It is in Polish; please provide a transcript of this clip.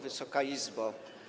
Wysoka Izbo!